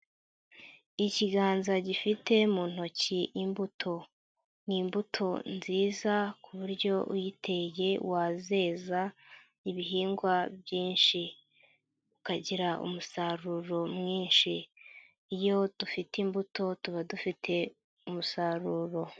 Ikiganza gifite mu ntoki imbuto. Ni imbuto nziza ku buryo uyiteye wazeza ibihingwa byinshi ukagira umusaruro mwinshi, iyo dufite imbuto tuba dufite umusaruro.